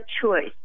choice